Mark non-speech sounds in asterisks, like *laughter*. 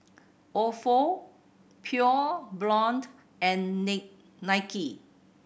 Ofo Pure Blonde and *unintelligible* Nike